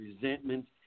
resentment